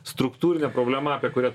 struktūrinė problema apie kurią